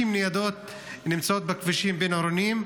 ניידות נמצאות בכבישים בין-עירוניים,